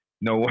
no